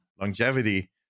longevity